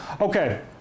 Okay